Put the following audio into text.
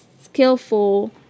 skillful